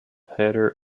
header